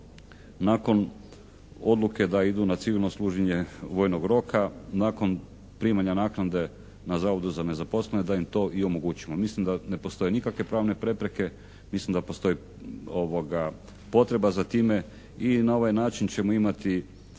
nakon odluke da idu na civilno služenje vojnog roka, nakon primanja naknade na zavodu za nezaposlene da im to i omogućimo. Mislim da ne postoje nikakve pravne prepreke, mislim da postoji potreba za time i na ovaj način ćemo imati